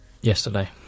yesterday